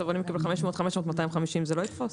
אבל אם הוא קיבל 500 ו-500 ו-250 זה לא יתפוס?